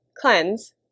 cleanse